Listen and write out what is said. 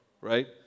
right